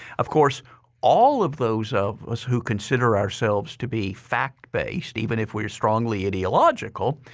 of course all of those of who consider ourselves to be fact-based, even if we're strongly ideological,